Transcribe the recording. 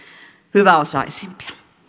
hyväosaisimpia